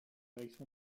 direction